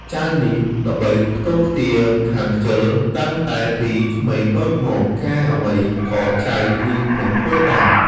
ចៅនេះល្បីខ្ចរខ្ចាយខាងខ្ជិល តាំងតែពីក្មេងតូចមក ការអ្វីក៏ចៅនេះមិនធ្វើដែរ